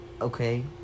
Okay